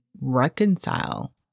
reconcile